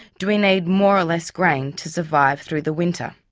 do we need more or less grain to survive through the winter?